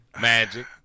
Magic